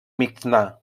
mixnà